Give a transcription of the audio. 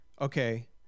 okay –